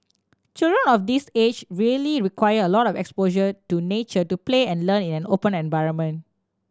children of this age really require a lot of exposure to nature to play and learn in open environment